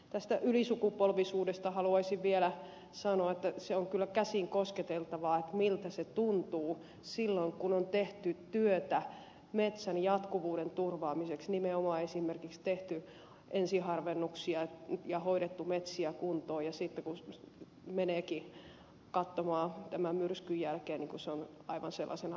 tästä ylisukupolvisuudesta haluaisin vielä sanoa että se on kyllä käsin kosketeltavaa miltä tuntuu silloin kun on tehty työtä metsän jatkuvuuden turvaamiseksi nimenomaan esimerkiksi tehty ensiharvennuksia ja hoidettu metsiä kuntoon ja sitten kun menee katsomaan tämän myrskyn jälkeen se onkin aivan sellaisena raiskiona